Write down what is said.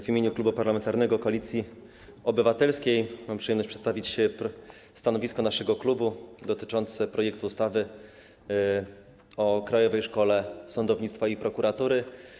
W imieniu klubu parlamentarnego Koalicji Obywatelskiej mam przyjemność przedstawić stanowisko naszego klubu dotyczące projektu ustawy o Krajowej Szkole Sądownictwa i Prokuratury.